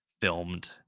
filmed